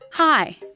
Hi